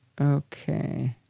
Okay